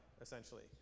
essentially